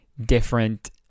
different